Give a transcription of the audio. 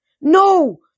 No